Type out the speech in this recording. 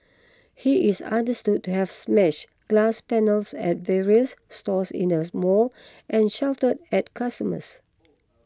he is understood to have smashed glass panels at various stores in their small and shouted at customers